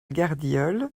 gardiole